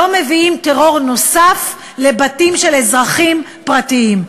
לא מביאים טרור נוסף לבתים של אזרחים פרטיים.